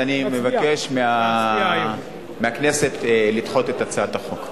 אני מבקש מהכנסת לדחות את הצעת החוק.